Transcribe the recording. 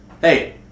Hey